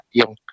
yung